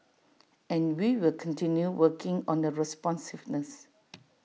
and we will continue working on the responsiveness